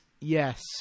Yes